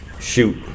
Shoot